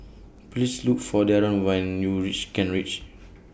Please Look For Daron when YOU REACH Kent Ridge